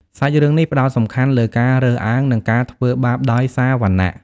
សាច់រឿងនេះផ្តោតសំខាន់លើការរើសអើង និងការធ្វើបាបដោយសារវណ្ណៈ។